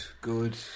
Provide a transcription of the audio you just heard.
good